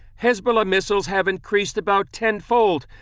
hezbollah missiles have increased about tenfold.